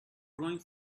growing